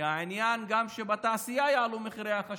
כי העניין הוא שגם בתעשייה יעלו מחירי החשמל,